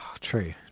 True